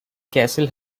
castle